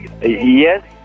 Yes